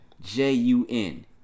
J-U-N